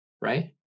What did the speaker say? right